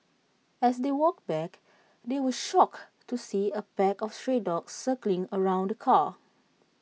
as they walked back they were shocked to see A pack of stray dogs circling around the car